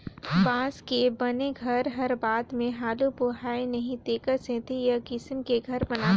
बांस के बने घर हर बाद मे हालू बोहाय नई तेखर सेथी ए किसम के घर बनाथे